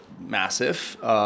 massive